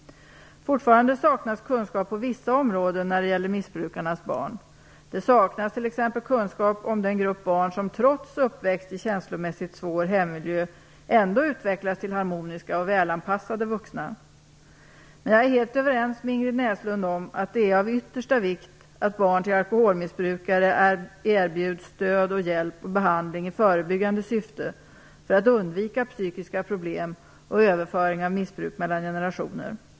Fortfarande saknas kunskap på vissa områden när det gäller missbrukarnas barn. Det saknas t.ex. kunskap om den grupp barn som trots uppväxt i känslomässigt svår hemmiljö ändå utvecklas till harmoniska och välanpassade vuxna. Men jag är helt överens med Ingrid Näslund om att det är av yttersta vikt att barn till alkoholmissbrukare erbjuds stöd, hjälp och behandling i förebyggande syfte för att undvika psykiska problem och överföring av missbruk mellan generationer.